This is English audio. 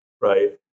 right